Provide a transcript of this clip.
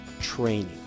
training